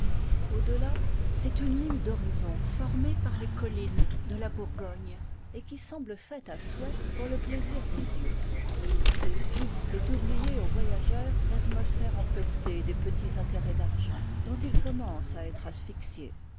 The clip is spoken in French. au-delà c'est une ligne d'horizon formée par les collines de la bourgogne et qui semble faite à souhait pour le plaisir des yeux cette vue fait oublier au voyageur l'atmosphère empestée des petits intérêts d'argent dont il commence à être asphyxié